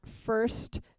first